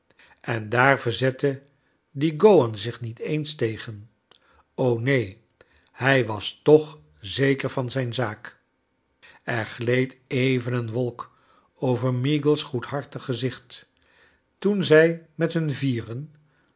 en daar verzette die gowan zich met eens tegen och neen hrj was toch zeker van zijn zaak er gleed even een wolk over meagles goedhartig gezicht toen zij met nun vieren